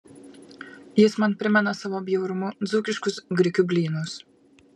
jis man primena savo bjaurumu dzūkiškus grikių blynus